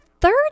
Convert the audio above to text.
Third